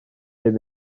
bum